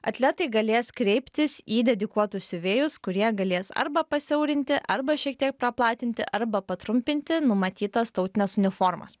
atletai galės kreiptis į dedikuotus siuvėjus kurie galės arba pasiaurinti arba šiek tiek praplatinti arba patrumpinti numatytas tautines uniformas